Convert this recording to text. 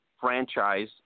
franchise